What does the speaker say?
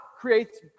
creates